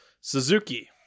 Suzuki